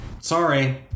sorry